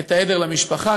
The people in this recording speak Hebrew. את העדר למשפחה.